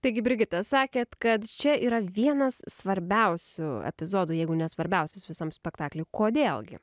taigi brigita sakėt kad čia yra vienas svarbiausių epizodų jeigu ne svarbiausias visam spektakliui kodėl gi